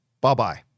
bye-bye